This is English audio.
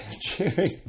cheering